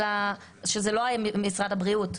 שזה לא משרד הבריאות.